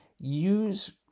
Use